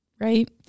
right